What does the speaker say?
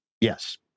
yes